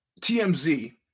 TMZ